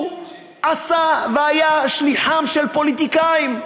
הוא עשה, והיה שליחם של פוליטיקאים.